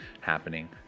happening